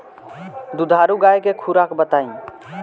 दुधारू गाय के खुराक बताई?